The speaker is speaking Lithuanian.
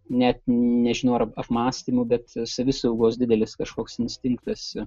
net nežinau ar apmąstymų bet savisaugos didelis kažkoks instinktas